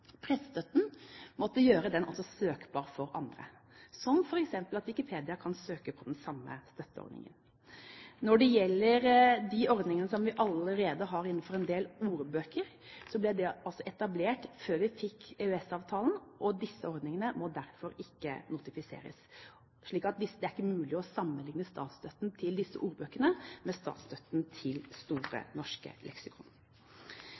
den samme støtteordningen. Når det gjelder de ordningene som vi allerede har innenfor en del ordbøker, ble de etablert før vi fikk EØS-avtalen. Disse ordningene må derfor ikke notifiseres. Det er ikke mulig å sammenligne støtten til disse ordbøkene med statsstøtten til Store norske leksikon.